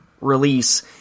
release